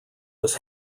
was